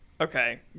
Okay